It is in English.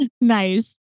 Nice